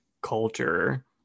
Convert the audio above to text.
culture